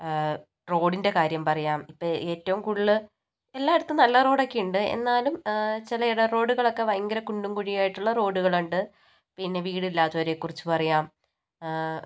റോഡിൻ്റെ കാര്യം പറയാം ഇപ്പം ഏറ്റവും കൂടുതല് എല്ലാടത്തും നല്ല റോഡുകളൊക്കെ ഉണ്ട് എന്നാലും ചില ഇട റോഡുകളൊക്കെ ഭയങ്കര കുണ്ടും കുഴി ആയിട്ടുള്ള റോഡ്കളണ്ട് പിന്നെ വീടില്ലാത്തവരെ കുറിച്ച് പറയാം